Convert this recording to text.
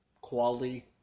quality